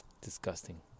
Disgusting